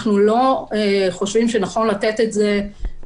אנחנו לא חושבים שנכון לתת את זה,